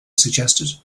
suggested